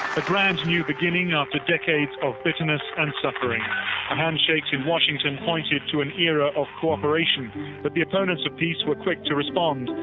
a brand-new beginning after decades of bitterness and suffering. the handshakes in washington pointed to an era of cooperation but the opponents of peace were quick to respond.